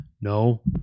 No